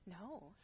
No